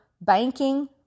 banking